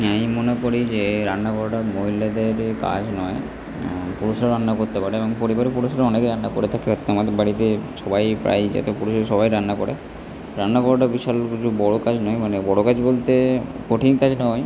আমি মনে করি যে রান্না করাটা মহিলাদেরই কাজ নয় পুরুষরা রান্না করতে পারে এবং পরিবারে পুরুষরা অনেকে রান্না করে থাকে আজকে আমাদের বাড়িতে সবাই প্রায়ই যতো পুরুষ আছে সবাই রান্না করে রান্না করাটা বিশাল কিছু বড়ো কাজ নয় মানে বড়ো কাজ বলতে কঠিন কাজ নয়